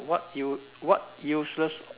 what you what useless